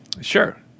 Sure